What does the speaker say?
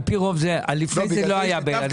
על פי רוב, לפעמים זה לא היה באילת.